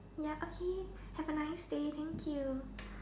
ya okay have a nice day thank you